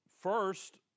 first